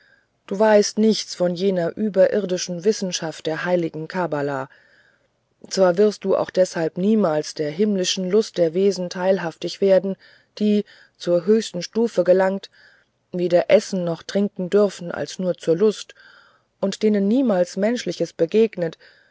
du weißt nichts von jener überirdischen wissenschaft der heiligen kabbala zwar wirst du auch deshalb niemals der himmlischen lust der weisen teilhaftig werden die zur höchsten stufe gelangt weder essen noch trinken dürfen als nur zur lust und denen niemals menschliches begegnet